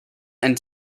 and